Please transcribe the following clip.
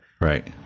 Right